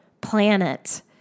planet